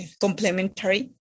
complementary